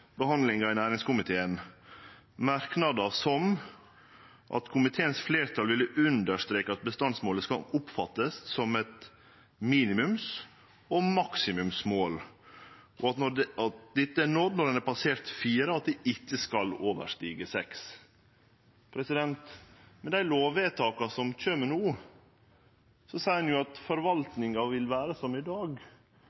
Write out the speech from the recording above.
behandlinga i næringskomiteen bak merknadar som f.eks.: «Komiteens flertall vil understreke at bestandsmålet skal oppfattes slik at det er et minimums- og maksimumsmål og at dette er nådd når man har passert 4 og det skal ikke overstige 6.» Med dei lovvedtaka som kjem no, seier ein at